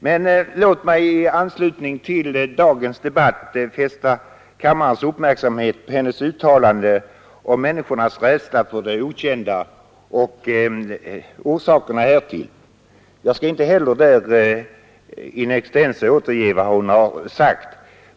Men låt mig i anslutning till dagens debatt fästa kammarens uppmärksamhet på fru Lee Rays uttalande om människornas rädsla för det okända och orsakerna härtill. Jag skall inte heller i den delen in extenso återge vad hon har sagt.